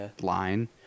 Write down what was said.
line